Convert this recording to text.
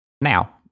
Now